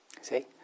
See